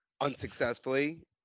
unsuccessfully